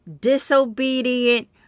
disobedient